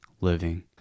living